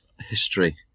history